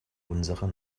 unserer